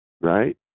right